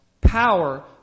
power